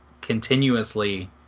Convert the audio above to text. continuously